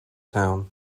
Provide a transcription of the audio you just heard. town